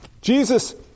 Jesus